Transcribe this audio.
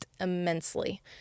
immensely